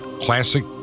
classic